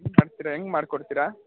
ಕಟ್ತಿರಾ ಹೆಂಗ್ ಮಾಡಿಕೊಡ್ತೀರಾ